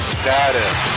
status